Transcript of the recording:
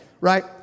Right